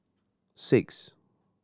six